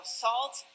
salt